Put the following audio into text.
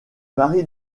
mari